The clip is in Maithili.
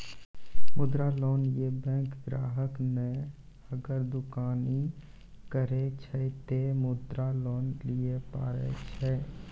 मुद्रा लोन ये बैंक ग्राहक ने अगर दुकानी करे छै ते मुद्रा लोन लिए पारे छेयै?